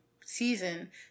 season